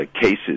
cases